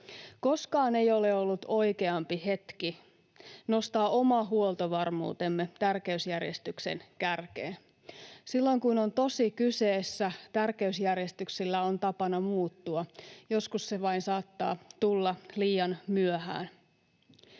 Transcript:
Koskaan ei ole ollut oikeampi hetki nostaa oma huoltovarmuutemme tärkeysjärjestyksen kärkeen. Silloin kun on tosi kyseessä, tärkeysjärjestyksillä on tapana muuttua. Joskus se vain saattaa tulla liian myöhään.